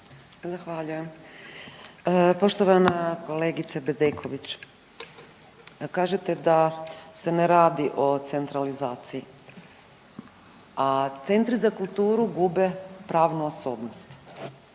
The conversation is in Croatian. hvala lijepo. Poštovana kolegice Bedeković. Kažete da se ne radi o centralizaciji, a centri za kulturu gube pravu osobnost,